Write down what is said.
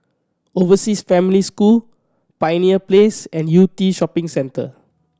Overseas Family School Pioneer Place and Yew Tee Shopping Centre